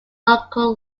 local